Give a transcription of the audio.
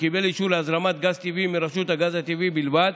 שקיבל אישור להזרמת גז טבעי מרשות הגז הטבעי בלבד,